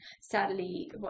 sadly